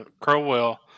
Crowell